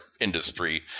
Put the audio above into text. industry